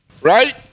right